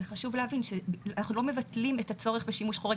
זה חשוב להבין שאנחנו לא מבטלים את הצורך בשימוש חורג.